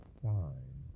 sign